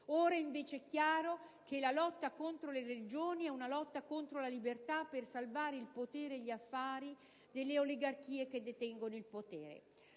Ora invece è chiaro che la lotta contro le religioni è una lotta contro la libertà, per salvare il potere e gli affari delle oligarchie che detengono il potere.